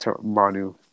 Manu